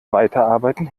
weiterarbeiten